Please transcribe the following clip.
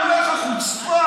אני אומר לך, חוצפה.